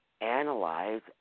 analyze